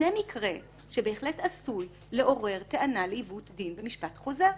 זה מקרה שבהחלט עשוי לעורר טענה לעיוות דין במשפט חוזר.